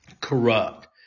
corrupt